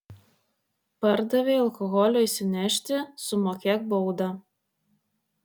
pardavei alkoholio išsinešti sumokėk baudą